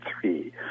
three